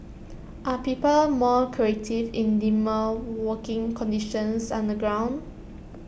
are people more creative in dimmer working conditions underground